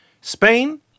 Spain